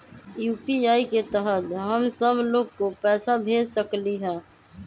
UPI के तहद हम सब लोग को पैसा भेज सकली ह?